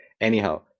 Anyhow